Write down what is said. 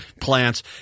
plants